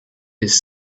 his